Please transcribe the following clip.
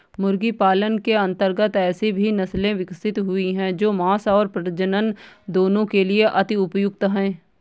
मुर्गी पालन के अंतर्गत ऐसी भी नसले विकसित हुई हैं जो मांस और प्रजनन दोनों के लिए अति उपयुक्त हैं